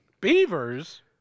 Beavers